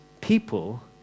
people